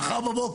או מחר בבוקר,